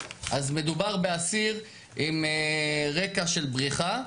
אז מדובר באסיר עם רקע של בריחה,